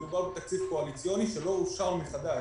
מדובר בתקציב קואליציוני שלא אושר מחדש.